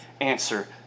answer